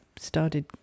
started